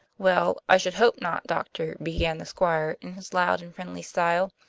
well, i should hope not, doctor, began the squire, in his loud and friendly style,